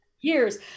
years